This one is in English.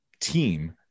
team